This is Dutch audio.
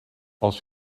als